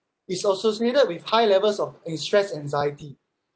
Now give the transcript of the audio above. is associated with high levels of in stress anxiety